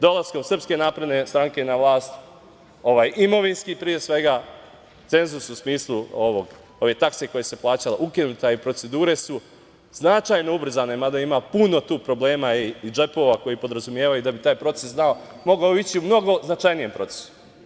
Dolaskom SNS na vlast, ovaj imovinski, pre svega, cenzus u smislu ove takse koja se plaćala, ukinuta je i procedure su značajno ubrzane, mada ima puno tu problema i džepova koji podrazumevaju da bi taj proces mogao ići u mnogo značajnijem procesu.